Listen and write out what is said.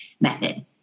method